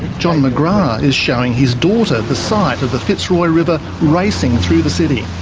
john mcgrath is showing his daughter the sight of the fitzroy river racing through the city.